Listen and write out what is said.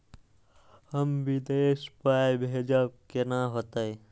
हम विदेश पाय भेजब कैना होते?